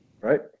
Right